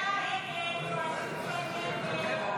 37 בעד, 54 מתנגדים.